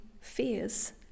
fears